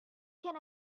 can